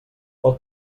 pel